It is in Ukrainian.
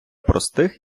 простих